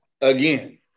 again